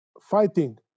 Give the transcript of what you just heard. fighting